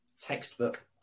textbook